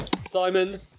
Simon